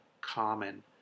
common